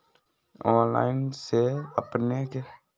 Online से अपने के खाता पर पैसा आ तई?